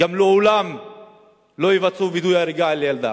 הם לעולם לא יעשו וידוא הריגה על ילדה.